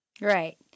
Right